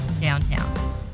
downtown